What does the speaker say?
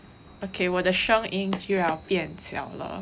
okay 我的声音就要变小了